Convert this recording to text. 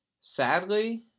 Sadly